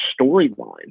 storyline